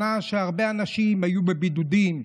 שנה שהרבה אנשים היו בבידודים,